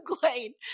glade